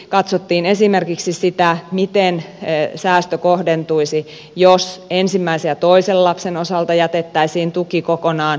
katsottiin esimerkiksi sitä miten säästö kohdentuisi jos ensimmäisen ja toisen lapsen osalta jätetäisiin kokonaan koskematta tukeen